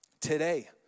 Today